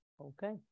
Okay